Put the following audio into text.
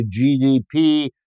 GDP